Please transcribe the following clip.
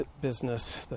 business